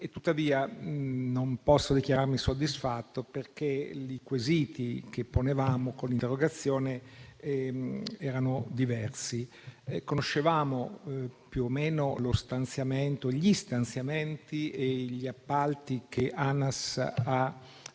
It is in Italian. tuttavia, non posso dichiararmi soddisfatto perché i quesiti che ponevamo con l'interrogazione erano diversi. Conoscevamo più o meno gli stanziamenti e gli appalti che Anas ha